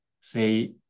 say